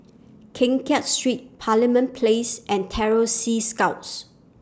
Keng Kiat Street Parliament Place and Terror Sea Scouts